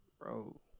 Bro